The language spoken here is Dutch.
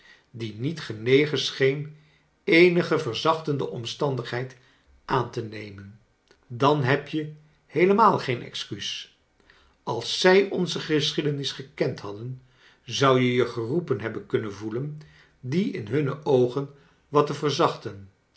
die niet genegen scheen eenige verzachtende omstandigheid aan te nemen dan heb je heelemaal geen excuus als zij onze geschiedenis gekend haddeii zou je je geroepen hebben kunnen voelen die in hunne oogen wat te verzachten